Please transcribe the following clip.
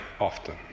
often